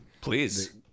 Please